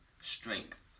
strength